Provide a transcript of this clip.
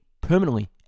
permanently